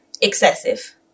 excessive